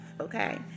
okay